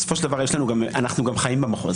בסופו של דבר אנחנו גם חיים במחוז.